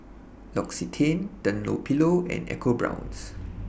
L'Occitane Dunlopillo and EcoBrown's